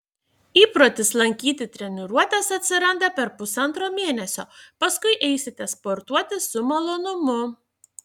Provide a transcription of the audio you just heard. įprotis lankyti treniruotes atsiranda per pusantro mėnesio paskui eisite sportuoti su malonumu